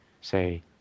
say